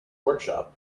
workshop